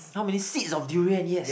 how many seeds of durian yes